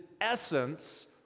essence